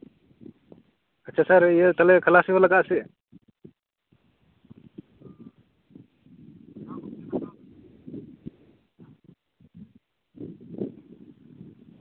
ᱥᱟᱨ ᱤᱭᱟᱹ ᱠᱷᱟᱞᱟᱥᱤ ᱠᱚ ᱞᱟᱜᱟᱜ ᱟᱥᱮ ᱪᱮᱫ ᱚ